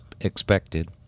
expected